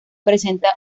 presenta